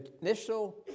Initial